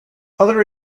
other